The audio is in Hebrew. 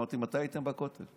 אמרתי: מתי הייתם בכותל?